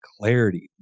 clarity